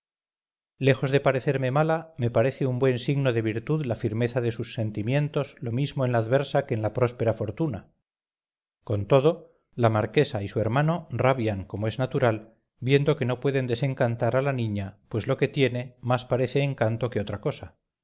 lejos de parecerme mala me parece un buen signo de virtud la firmeza de sus sentimientos lo mismo en la adversa que en la próspera fortuna con todo la marquesa y su hermano rabian como es natural viendo que no pueden desencantar a la niña pues lo que tiene más parece encanto que otra cosa